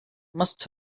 must